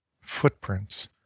Footprints